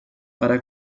para